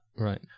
Right